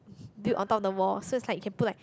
build on top of the wall so you can like put like